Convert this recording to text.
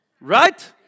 Right